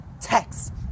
text